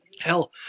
Hell